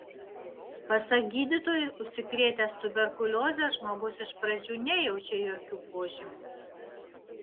pasak gydytojų užsikrėtęs tuberkulioze žmogus iš pradžių nejaučia jokių požymių